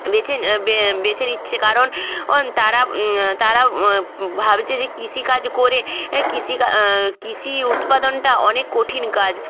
বেছে বে বেছে নিচ্ছে কারণ ওন তারা তারাও ভাবছে যে কৃষিকাজ করে কৃষি কৃষি উৎপাদনটা অনেক কঠিন কাজ